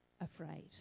afraid